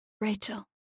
Rachel